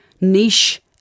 niche